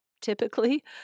typically